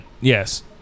yes